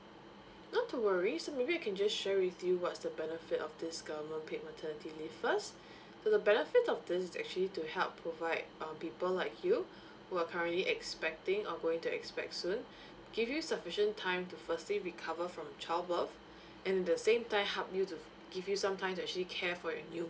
not to worry so maybe I can just share with you what's the benefit of this government paid maternity leave first so the benefit of this is actually to help provide um people like you who are currently expecting or going to expect soon to give you sufficient time to firstly we cover from the child birth and in the same time help you to give you some time to actually care for your new